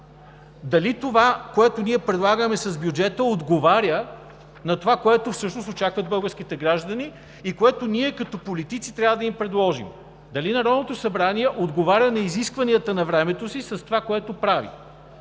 Дали това, което ние предлагаме с бюджета, отговаря на това, което всъщност очакват българските граждани и което ние като политици трябва да им предложим? Дали Народното събрание отговаря на изискванията на времето си с това, което прави?